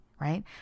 right